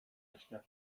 esker